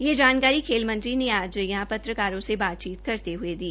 यह जानकारी खेल मंत्री ने आज यहां पत्रकारों से बातचीत करते हुये दी